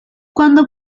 cuando